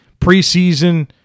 preseason